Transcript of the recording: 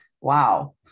Wow